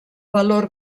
valor